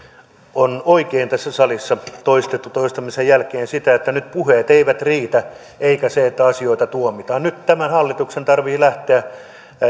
on oikein tässä salissa toistettu toistamisen jälkeen sitä että nyt puheet eivät riitä eikä se että asioita tuomitaan nyt tämän hallituksen tarvitsee lähteä